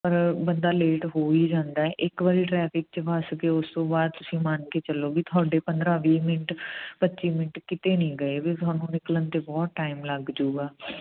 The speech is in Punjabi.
ਪਰ ਬੰਦਾ ਲੇਟ ਹੋ ਹੀ ਜਾਂਦਾ ਇੱਕ ਵਾਰੀ ਟਰੈਫਿਕ 'ਚ ਫਸ ਗਏ ਉਸ ਤੋਂ ਬਾਅਦ ਤੁਸੀਂ ਮੰਨ ਕੇ ਚੱਲੋ ਵੀ ਤੁਹਾਡੇ ਪੰਦਰਾਂ ਵੀਹ ਮਿੰਟ ਪੱਚੀ ਮਿੰਟ ਕਿਤੇ ਨਹੀਂ ਗਏ ਬਈ ਤੁਹਾਨੂੰ ਨਿਕਲਣ 'ਤੇ ਬਹੁਤ ਟਾਈਮ ਲੱਗ ਜੂਗਾ